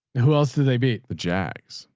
who else did they beat the jags?